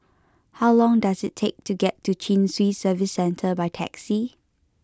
how long does it take to get to Chin Swee Service Centre by taxi